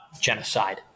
genocide